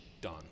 done